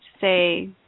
say